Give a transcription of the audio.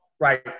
Right